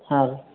ಹಾಂ ರೀ